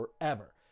forever